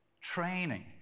training